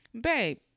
Babe